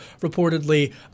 reportedly